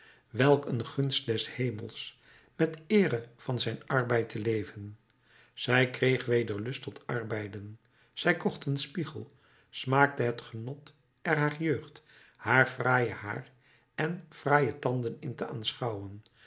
welk een gunst des hemels met eere van zijn arbeid te leven zij kreeg weder lust tot arbeiden zij kocht een spiegel smaakte het genot er haar jeugd haar fraaie haar en fraaie tanden in te aanschouwen